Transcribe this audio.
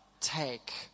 take